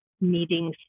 meetings